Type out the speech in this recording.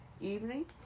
evening